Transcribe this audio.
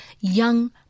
young